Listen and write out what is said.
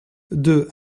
deux